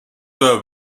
were